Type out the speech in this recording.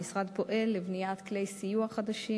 המשרד פועל לבניית כלי סיוע חדשים,